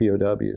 POWs